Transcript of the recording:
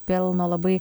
pelno labai